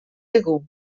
segur